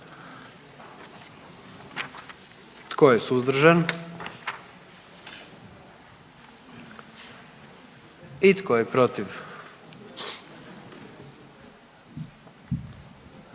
Tko je suzdržan? I tko je protiv?